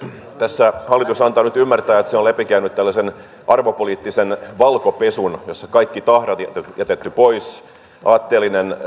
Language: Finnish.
tässä hallitus antaa nyt ymmärtää että se on läpikäynyt tällaisen arvopoliittisen valkopesun jossa kaikki tahrat on jätetty pois aatteellinen